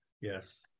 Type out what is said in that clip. yes